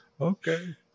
Okay